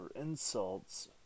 insults